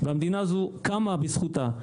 והמדינה הזו קמה בזכותה.